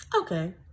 Okay